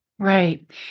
Right